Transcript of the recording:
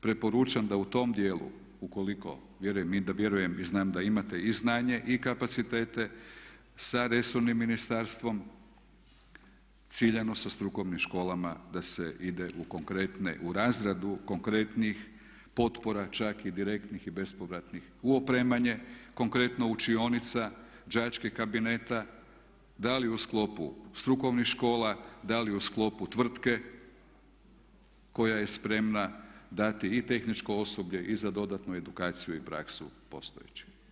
Preporučam da u tom dijelu ukoliko, vjerujem, i vjerujem i znam da imate i znanje i kapacitete sa resornim ministarstvom, ciljano sa strukovnim školama da se ide u konkretne, u razradu konkretnih potpora čak i direktnih i bespovratnih u opremanje, konkretno učionica, đačkih kabineta da li u sklopu strukovnih škola, da li u sklopu tvrtke koja je spremna dati i tehničko osoblje i za dodatnu edukaciju i praksu postojećih.